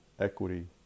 equity